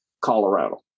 Colorado